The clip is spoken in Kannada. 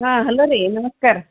ಹಾಂ ಹಲೋ ರೀ ನಮಸ್ಕಾರ